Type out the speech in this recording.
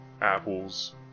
apples